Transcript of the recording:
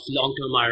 long-term